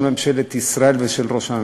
של ממשלת ישראל ושל ראש הממשלה.